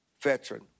veteran